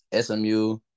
SMU